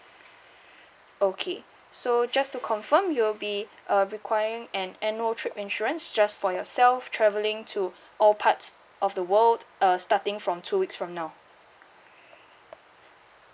okay so just to confirm you'll be uh requiring an annual trip insurance just for yourself travelling to all parts of the world uh starting from two weeks from now